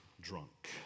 drunk